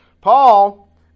Paul